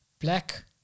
black